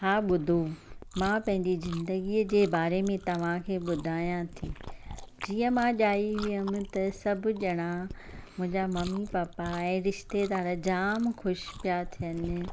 हा ॿुधो मां पंहिंजी ज़िंदगीअ जे बारे में तव्हांखे ॿुधायां थी जीअं मां ॼाई हुअमि त सभु ॼणा मुंहिंजा मम्मी पापा ऐं रिश्तेदार जाम ख़ुशि पिया थियनि